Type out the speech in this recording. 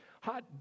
Hot